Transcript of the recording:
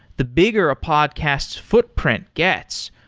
the bigger a podcasts footprint gets.